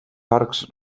arcs